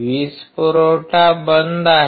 वीज पुरवठा बंद आहे